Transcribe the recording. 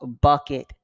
bucket